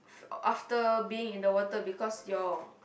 after being in the water cause your